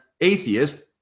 atheist